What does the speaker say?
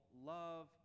love